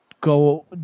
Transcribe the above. go